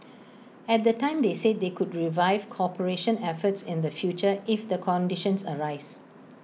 at the time they said they could revive cooperation efforts in the future if the conditions arise